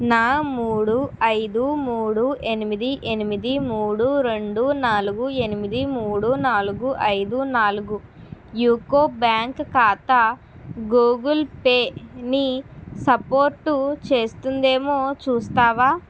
నా మూడు ఐదు మూడు ఎనిమిది ఎనిమిది మూడు రెండు నాలుగు ఎనిమిది మూడు నాలుగు ఐదు నాలుగు యూకో బ్యాంక్ ఖాతా గూగుల్ పే ని సపోర్టు చేస్తుందేమో చూస్తావా